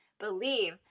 believe